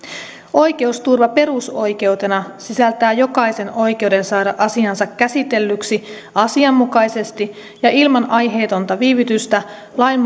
oikeusturva perusoikeutena sisältää jokaisen oikeuden saada asiansa käsitellyksi asianmukaisesti ja ilman aiheetonta viivytystä lain